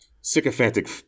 sycophantic